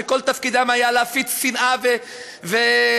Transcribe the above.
שכל תפקידם היה להפיץ שנאה ואלימות,